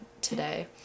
today